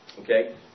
Okay